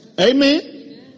Amen